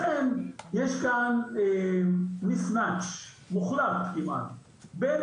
לכן יש כאן mismatch מוחלט כמעט בין